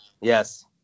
Yes